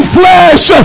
flesh